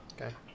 Okay